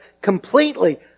completely